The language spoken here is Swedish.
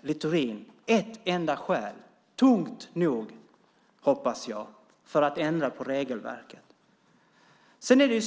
Littorin ett enda skäl, tungt nog hoppas jag, för att ändra på regelverket. Det